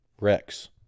Rex